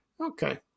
Okay